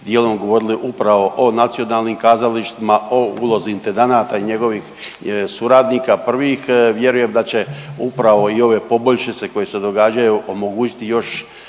dijelom govorili upravo o nacionalnim kazalištima, o ulozi intendanata i njegovih suradnika prvih, vjerujem da će upravo i ove poboljšice koje se događaju omogućiti još